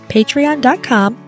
patreon.com